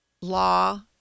law